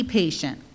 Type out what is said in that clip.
patient